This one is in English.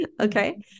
Okay